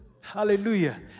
hallelujah